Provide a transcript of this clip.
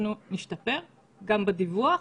אנחנו נשתפר גם בדיווח.